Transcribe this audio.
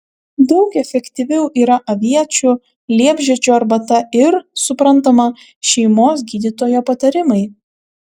daug efektyviau yra aviečių liepžiedžių arbata ir suprantama šeimos gydytojo patarimai